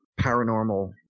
paranormal